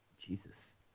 Jesus